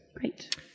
Great